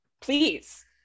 please